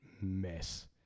mess